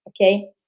okay